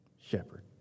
shepherd